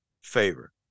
favor